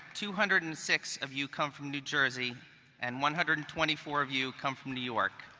two hundred and six of you come from new jersey and one hundred and twenty four of you come from new york.